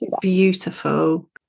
beautiful